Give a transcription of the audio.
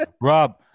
Rob